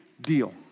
deal